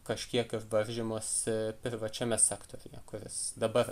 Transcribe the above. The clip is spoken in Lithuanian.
kažkiek ir varžymosi privačiame sektoriuje kuris dabar